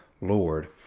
Lord